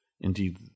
Indeed